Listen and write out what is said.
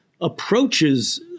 approaches